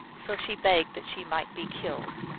so she begged that she might be killed.